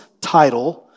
title